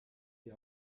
die